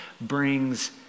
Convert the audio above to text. brings